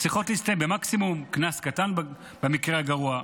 שצריכות להסתיים מקסימום בקנס קטן, במקרה הגרוע.